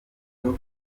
queen